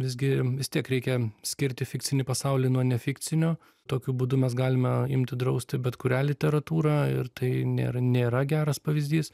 visgi vis tiek reikia skirti fikcinį pasaulį nuo ne fikcinio tokiu būdu mes galime imti drausti bet kurią literatūrą ir tai nėra nėra geras pavyzdys